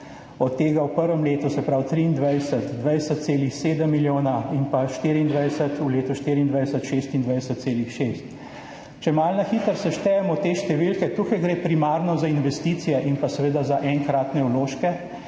od tega v prvem letu, se pravi 2023, 20,7 milijona in pa v letu 2024 26,6. Če na hitro seštejemo te številke, tukaj gre primarno za investicije in pa seveda za enkratne vložke,